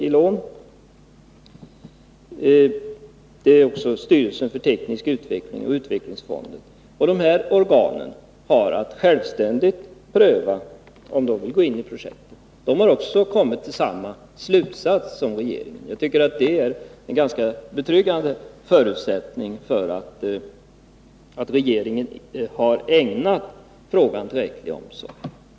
Även styrelsen för teknisk utveckling och Utvecklingsfonden finns med i sammanhanget. Och de här organen har att självständigt pröva om de vill gå ini ett projekt. De har också kommit till samma slutsats som regeringen. Jag tycker att detta är ett ganska betryggande bevis på att regeringen har ägnat frågan tillräcklig omsorg.